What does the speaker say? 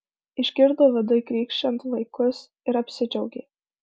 išgirdo viduj krykščiant vaikus ir apsidžiaugė